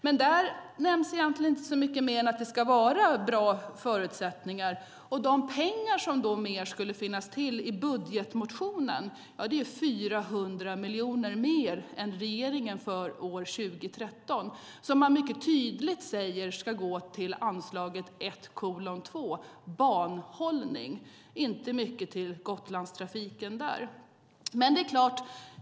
Men i motionen nämns egentligen inte så mycket mer än att det ska vara bra förutsättningar. Vad som skulle finnas enligt budgetmotionen är 400 miljoner mer än vad regeringen anslår för 2013 som man tydligt säger ska gå till anslaget 1:2 Banhållning - inte mycket till Gotlandstrafiken där.